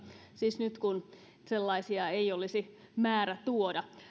siis nyt kun sellaisia ei olisi määrä tuoda